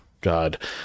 God